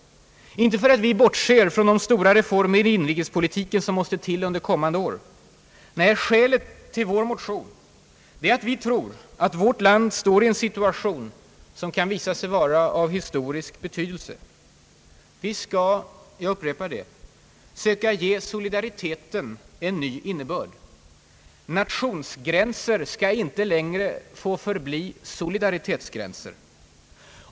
Inte för att vi bortser från de stora reformer i inrikespolitiken som måste till under kommande år. Nej, skälet till vår motion till folkpartiets landsmöte är att vi tror att vårt land är i en situation som kan visa sig vara av historisk betydelse. Vi skall, jag upprepar det, söka ge solidariteten en ny innebörd. Nationsgränser skall inte längre få förbli solidaritetsgränser.